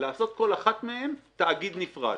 לעשות כל אחת מהם תאגיד נפרד.